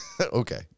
okay